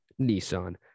Nissan